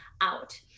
out